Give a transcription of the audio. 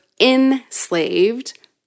enslaved